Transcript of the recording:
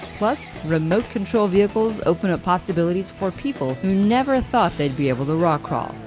plus remote control vehicles open up possibilities for people who never thought they'd be able to rock crawl,